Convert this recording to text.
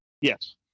yes